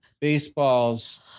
Baseballs